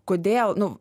kodėl nu